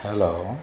hello